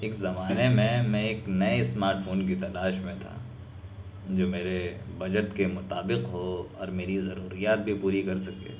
ایک زمانے میں میں ایک نئے اسمارٹ فون کی تلاش میں تھا جو میرے بجٹ کے مطابق ہو اور میری ضروریات بھی پوری کر سکے